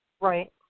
Right